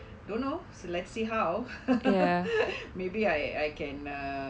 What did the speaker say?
don't know so let's see how maybe I can